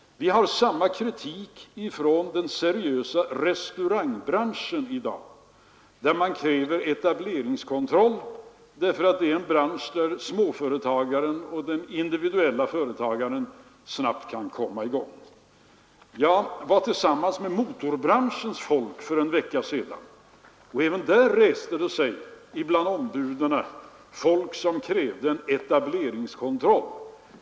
Vi har samma kritik från den seriösa restaurangbranschen i dag, där man kräver etableringskontroll därför att det är en bransch där den individuelle småföretagaren snabbt kan komma i gång. Jag var tillsammans med motorbranschens folk för en vecka sedan, och även där reste sig bland ombuden de som krävde en etableringskontroll.